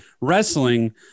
wrestling